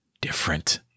different